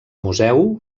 museu